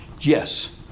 Yes